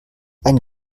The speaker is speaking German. ein